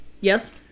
Yes